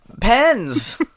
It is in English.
pens